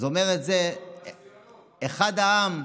אז אומר את זה אחד העם.